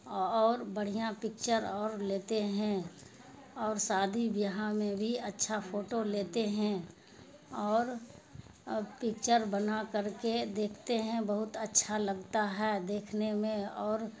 اور بڑھیاں پکچر اور لیتے ہیں اور شادی بیاہ میں بھی اچھا فوٹو لیتے ہیں اور پکچر بنا کر کے دیکھتے ہیں بہت اچھا لگتا ہے دیکھنے میں اور